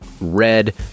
red